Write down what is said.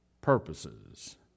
purposes